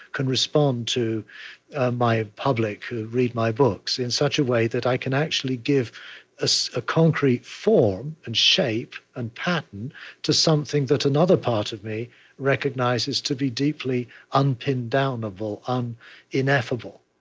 can respond to my public who read my books, in such a way that i can actually give ah so a concrete form and shape and pattern to something that another part of me recognizes to be deeply un-pin-downable um ineffable.